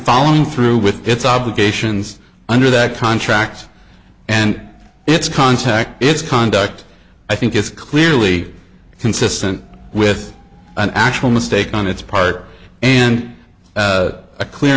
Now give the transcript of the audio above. following through with its obligations under that contract and its context its conduct i think is clearly consistent with an actual mistake on its part and a clear